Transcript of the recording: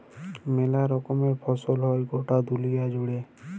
মেলা রকমের ফসল হ্যয় গটা দুলিয়া জুড়ে